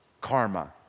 karma